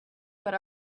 but